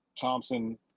Thompson